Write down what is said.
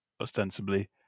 ostensibly